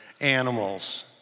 animals